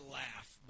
laugh